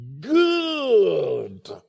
good